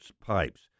pipes